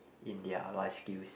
in their life skills